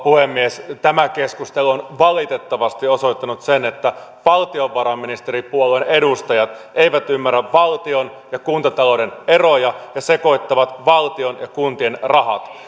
puhemies tämä keskustelu on valitettavasti osoittanut sen että valtiovarainministeripuolueen edustajat eivät ymmärrä valtion ja kuntatalouden eroja ja sekoittavat valtion ja kuntien rahat